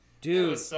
Dude